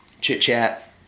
chit-chat